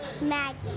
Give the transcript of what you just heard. Maggie